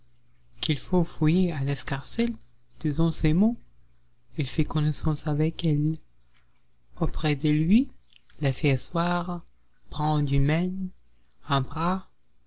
qu'il faut fouiller à l'escarcelle disant ces mots il fait connaissance avec elle auprès de lui la fait asseoir prend une main un bras